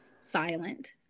silent